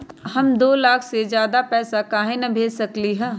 हम दो लाख से ज्यादा पैसा काहे न भेज सकली ह?